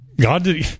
god